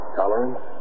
tolerance